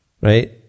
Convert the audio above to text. right